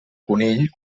conill